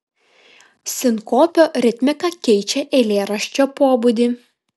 sinkopio ritmika keičia eilėraščio pobūdį